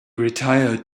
retired